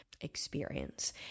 experience